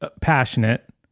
passionate